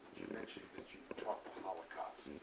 you mentioning that you taught the holocaust.